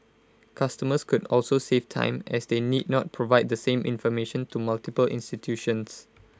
customers could also save time as they need not provide the same information to multiple institutions